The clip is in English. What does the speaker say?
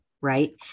right